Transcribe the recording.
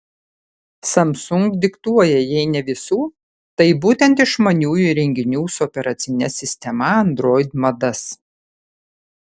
samsung diktuoja jei ne visų tai būtent išmaniųjų įrenginių su operacine sistema android madas